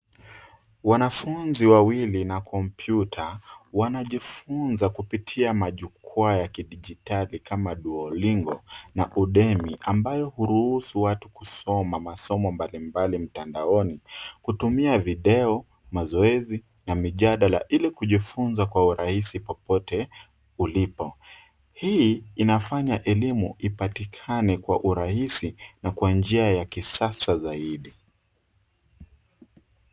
Wanafunzi wawili na kompyuta, wanajifunza kupitia majukwaa ya kidijitali kama Duolingo na Udemi, ambayo huruhusu watu kusoma masomo mbalimbali mtandaoni, kutumia video, mazoezi, na mijadala, ili kujifunza kwa urahisi popote ulipo. Hii inafanya elimu ipatikane kwa urahisi na kwa njia ya kisasa zaidi.